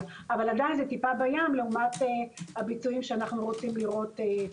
אבל עדיין זה טיפה בים לעומת הביצועים שאנו רוצים לראות.